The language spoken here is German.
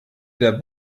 der